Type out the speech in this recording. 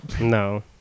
No